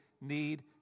need